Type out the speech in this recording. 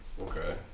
Okay